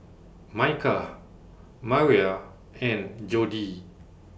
Micah Maria and Jodie